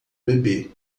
bebê